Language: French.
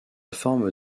forme